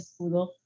Escudo